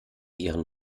ihren